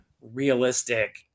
realistic